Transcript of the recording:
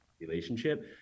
relationship